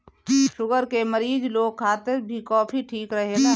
sugar के मरीज लोग खातिर भी कॉफ़ी ठीक रहेला